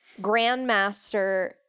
Grandmaster